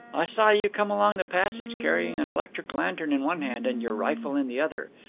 i saw you come along the passage, carrying an electric lantern in one hand and your rifle in the other.